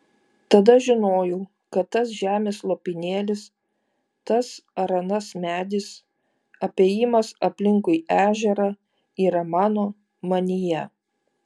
tada žinojau kad tas žemės lopinėlis tas ar anas medis apėjimas aplinkui ežerą yra mano manyje